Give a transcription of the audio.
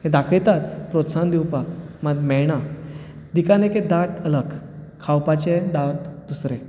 ते दाखयताच प्रोत्साहन दिवपाक दिकाने के दांत अलग खावपाचे दांत दुसरे